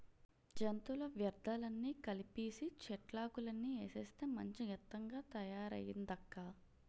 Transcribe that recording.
జంతువుల వ్యర్థాలన్నీ కలిపీసీ, చెట్లాకులన్నీ ఏసేస్తే మంచి గెత్తంగా తయారయిందక్కా